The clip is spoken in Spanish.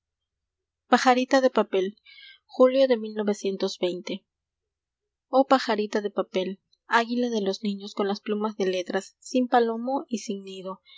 de papel ulio de pajarita de papel i aguila de los niños con las plumas de letras sin palomo l sin nido